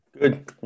Good